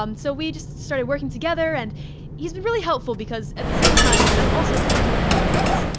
um so we just started working together and he's been really helpful because at the same time, i'm also trying to learn how to mix.